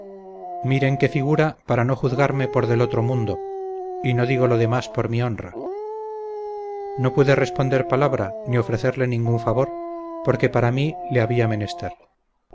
miren qué figura para no juzgarme por del otro mundo y no digo lo demás por mi honra no pude responder palabra ni ofrecerle ningún favor porque para mí le había menester